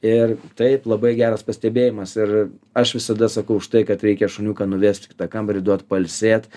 ir taip labai geras pastebėjimas ir aš visada sakau už tai kad reikia šuniuką nuvest į kitą kambarį duot pailsėt